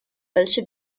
also